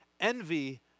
envy